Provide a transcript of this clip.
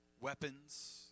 weapons